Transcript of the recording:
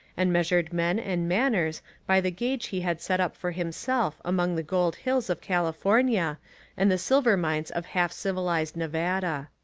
and measured men and manners by the gauge he had set up for himself among the gold hills of california and the silver mines of half-civilised nevada.